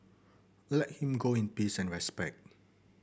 let him go in peace and respect